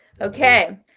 Okay